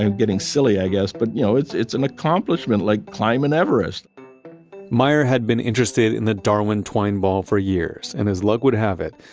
and getting silly, i guess, but you know it's it's an accomplishment, like climbing everest meyer had been interested in the darwin twine ball for years, and as luck would have it,